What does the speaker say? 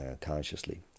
consciously